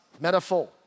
metaphor